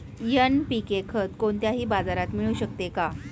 NPK खत कोणत्याही बाजारात मिळू शकते का?